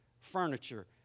furniture